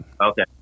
okay